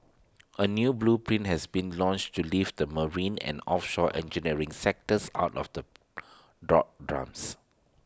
A new blueprint has been launched to lift the marine and offshore engineering sectors out of the doldrums